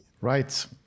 Right